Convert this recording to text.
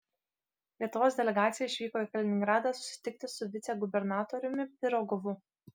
lietuvos delegacija išvyko į kaliningradą susitikti su vicegubernatoriumi pirogovu